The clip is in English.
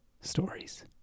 stories